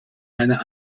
einer